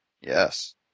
Yes